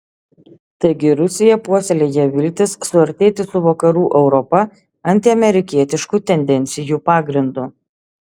taigi rusija puoselėja viltis suartėti su vakarų europa antiamerikietiškų tendencijų pagrindu